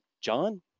John